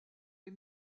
les